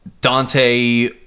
Dante